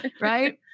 Right